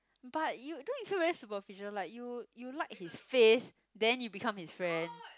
but you don't you feel superficial like you you like his face then you become his friend